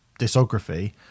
discography